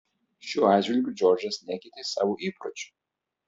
šiuo atžvilgiu džordžas nekeitė savo įpročių